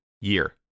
year